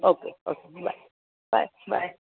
okay okay bye bye bye